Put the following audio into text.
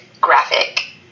graphic